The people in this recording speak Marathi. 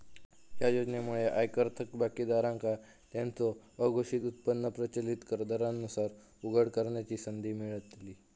या योजनेमुळे आयकर थकबाकीदारांका त्यांचो अघोषित उत्पन्न प्रचलित कर दरांनुसार उघड करण्याची संधी मिळतली